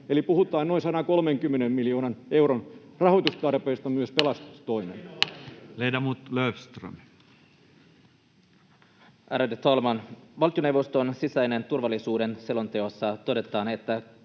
Eli puhutaan noin 130 miljoonan euron rahoitustarpeesta myös pelastustoimelle. Ledamot Löfström. Ärade talman! Valtioneuvoston sisäisen turvallisuuden selonteossa todetaan, että